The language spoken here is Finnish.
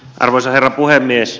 arvoisa herra puhemies